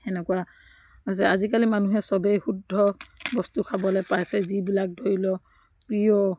সেনেকুৱা হৈছে আজিকালি মানুহে চবেই শুদ্ধ বস্তু খাবলৈ পাইছে যিবিলাক ধৰি লওক প্ৰিঅ'